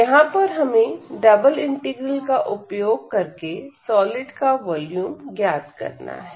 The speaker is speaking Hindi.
यहां पर हमें डबल इंटीग्रल का उपयोग करके सॉलिड का वॉल्यूम ज्ञात करना है